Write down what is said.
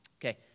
Okay